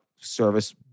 service